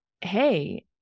hey